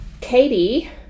Katie